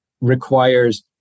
requires